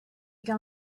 gal